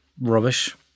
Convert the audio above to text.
rubbish